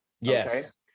Yes